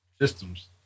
Systems